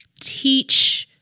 teach